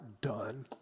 done